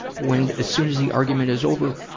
when, as soon as the argument is over,